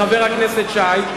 חבר הכנסת שי,